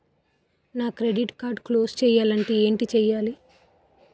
నా credit card close చేయాలంటే ఏంటి చేయాలి?